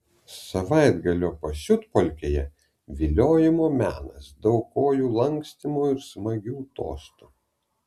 savaitgalio pasiutpolkėje viliojimo menas daug kojų lankstymo ir smagių tostų